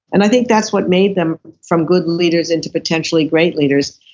and i think that's what made them from good and leaders into potentially great leaders.